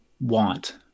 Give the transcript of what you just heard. want